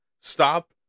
stop